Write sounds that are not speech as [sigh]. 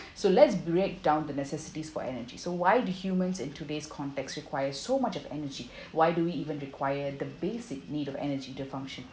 so let's break down the necessities for energy so why do humans in today's context requires so much of energy [breath] why do we even require the basic need of energy to function